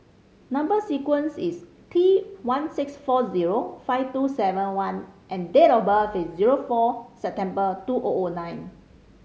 number sequence is T one six four zero five two seven one and date of birth is zero four September two O O nine